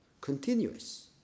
continuous